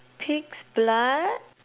pig's blood